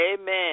Amen